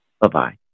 Bye-bye